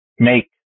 Make